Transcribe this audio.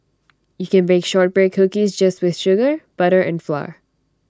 you can bake Shortbread Cookies just with sugar butter and flour